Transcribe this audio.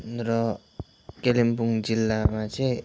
र कालिम्पोङ जिल्लामा चाहिँ